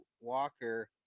Walker